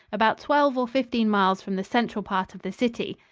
about twelve or fifteen miles from the central part of the city.